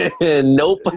Nope